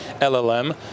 LLM